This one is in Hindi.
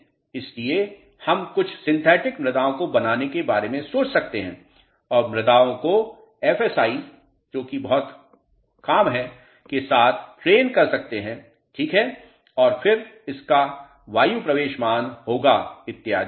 इसलिए हम कुछ सिंथेटिक मृदाओं को बनाने के बारे में सोच सकते हैं और मृदाओं को एफएसआई जोकि बहुत कम है के साथ ट्रेन कर सकते हैं ठीक हैं और फिर इसका वायु प्रवेश मान होगा इत्यादि